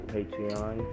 Patreon